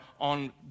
on